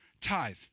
Tithe